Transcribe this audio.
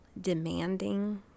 demanding